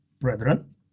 brethren